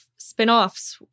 spinoffs